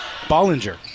Bollinger